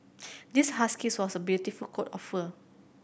this husky has a beautiful coat of fur